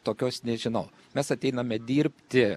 tokios nežinau mes ateiname dirbti